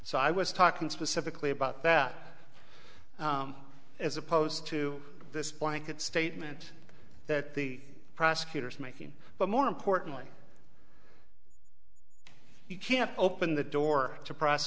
so i was talking specifically about that as opposed to this blanket statement that the prosecutor's making but more importantly you can't open the door to pro